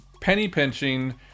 penny-pinching